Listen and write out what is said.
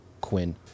Quinn